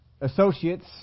associates